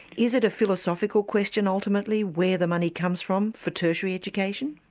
is it a philosophical question ultimately where the money comes from for tertiary education?